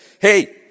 Hey